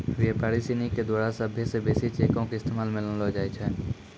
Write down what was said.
व्यापारी सिनी के द्वारा सभ्भे से बेसी चेको के इस्तेमाल मे लानलो जाय छै